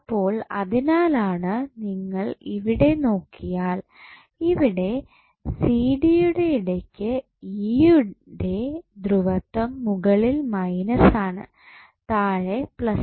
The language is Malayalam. അപ്പോൾ അതിനാലാണു നിങ്ങൾ ഇവിടെ നോക്കിയാൽ ഇവിടെ സി ഡി യുടെ ഇടയ്ക്ക് ഇ യുടെ ധ്രുവത്വം മുകളിൽ മൈനസ് ആണ് താഴെ പ്ലസ്